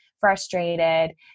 frustrated